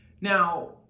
Now